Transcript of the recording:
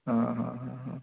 ହଁ ହଁ ହଁ